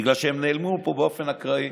בגלל שהם נעלמו מפה באופן אקראי,